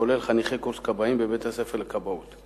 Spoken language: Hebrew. כולל חניכי קורס כבאים בבית-הספר לכבאות.